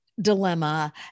dilemma